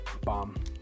Bomb